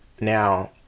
now